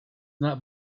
not